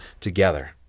together